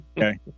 Okay